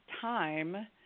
time